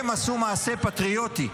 הם עשו מעשה פטריוטי,